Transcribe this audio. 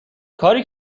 کاری